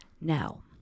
Now